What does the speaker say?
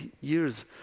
years